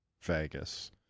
Vegas